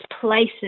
places